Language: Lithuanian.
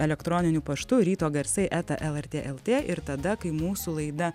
elektroniniu paštu ryto garsai eta lrt lt ir tada kai mūsų laida